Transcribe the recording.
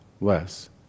less